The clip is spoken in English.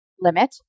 limit